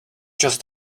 just